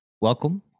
welcome